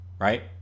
right